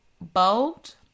bold